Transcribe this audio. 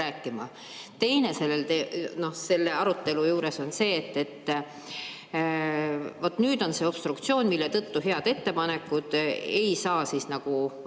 selle arutelu juures on see, et vaat nüüd on see obstruktsioon, mille tõttu head ettepanekud ei saa nagu